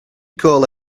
call